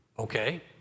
Okay